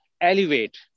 elevate